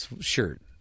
shirt